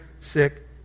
sick